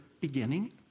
beginning